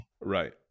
Right